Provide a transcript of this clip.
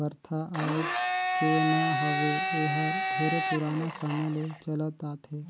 परथा आयज के न हवे एहर ढेरे पुराना समे ले चलत आथे